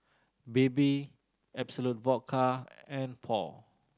Bebe Absolut Vodka and Paul